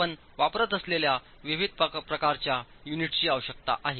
आपण वापरत असलेल्या विविधप्रकारच्या युनिट्सचीआवश्यकता आहे